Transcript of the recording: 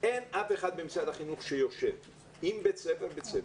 אין אף אחד במשרד החינוך שיושב עם בית ספר-בית ספר,